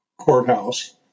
courthouse